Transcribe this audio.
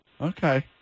Okay